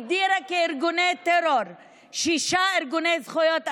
הגדירה כארגוני טרור שישה ארגוני זכויות אדם.